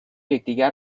یکدیگر